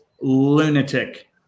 lunatic